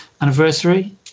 anniversary